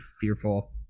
fearful